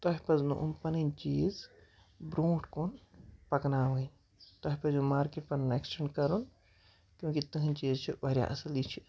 تۄہہِ پَزنو یِم پَنٕنۍ چیٖز برونٛٹھ کُن پَکناوٕنۍ تۄہہِ پزیو مارکیٹ پَنٕنۍ اٮ۪کٕسٹٮ۪نٛڈ کَرُن کیونٛکہِ تُہٕنٛد چیٖز چھِ واریاہ اَصٕل یہِ چھِ